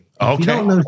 Okay